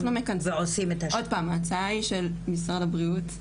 עוד פעם ההצעה היא של משרד הבריאות,